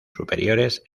superiores